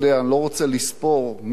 מי חלק אתו יותר לילות,